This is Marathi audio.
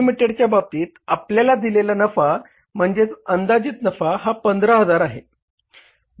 Ltd च्या बाबतीत आपल्याला दिलेला नफा म्हणजेच अंदाजित नफा हा 15000 आहे